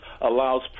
allows